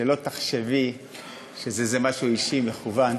שלא תחשבי שזה איזה משהו אישי, מכוון.